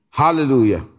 Hallelujah